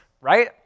right